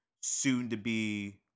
soon-to-be